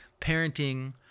parenting